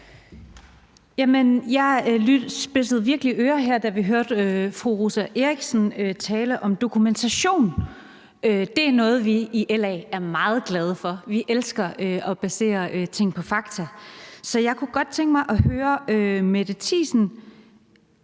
Jeg spidsede virkelig ører, da jeg hørte fru Rosa Eriksen tale om dokumentation. Det er noget, vi i LA er meget glade for. Vi elsker at basere ting på fakta. Så jeg kunne godt tænke mig at høre Mette Thiesen,